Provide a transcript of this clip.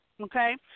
okay